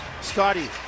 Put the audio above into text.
Scotty